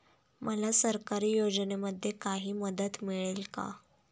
मला सरकारी योजनेमध्ये काही मदत मिळेल का?